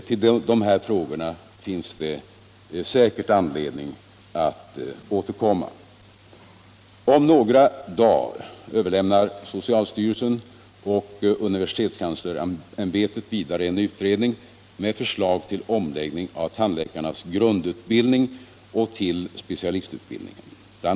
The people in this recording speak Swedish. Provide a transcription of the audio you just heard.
Till dessa frågor finns det säkert anledning att återkomma. Om några dagar överlämnar socialstyrelsen och universitetskanslersämbetet vidare en utredning med förslag till omläggning av tandläkarnas grundutbildning och till specialistutbildningen. BI.